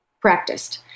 practiced